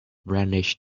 brandished